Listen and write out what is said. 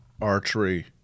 archery